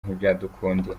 ntibyadukundira